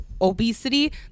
obesity